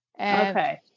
Okay